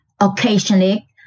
occasionally